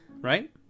right